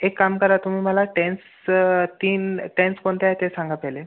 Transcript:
एक काम करा तुम्ही मला टेन्स तीन टेन्स कोणते आहे ते सांगा पहिले